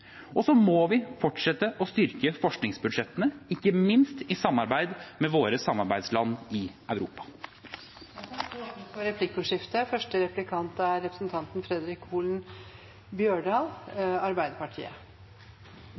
Så må vi fortsette å styrke forskningsbudsjettene, ikke minst i samarbeid med våre samarbeidsland i Europa. Det blir replikkordskifte.